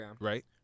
Right